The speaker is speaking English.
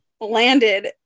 landed